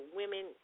women